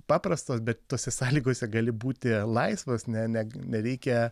paprastos bet tose sąlygose gali būti laisvas ne ne nereikia